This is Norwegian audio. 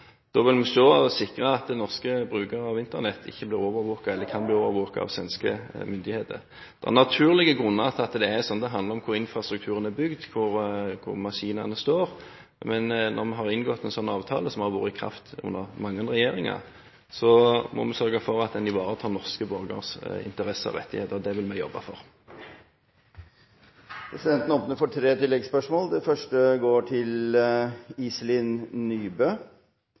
Da vil vi sikre at norske brukere av Internett ikke blir overvåket eller kan bli overvåket av svenske myndigheter. Det er naturlige grunner til at det er sånn. Det handler om hvor infrastrukturen er bygget, hvor maskinene står. Men når vi har inngått en sånn avtale, som har vært i kraft under mange regjeringer, må vi sørge for at den ivaretar norske borgeres interesser og rettigheter. Det vil vi jobbe for. Det blir gitt anledning til tre oppfølgingsspørsmål – først Iselin Nybø.